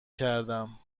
کردم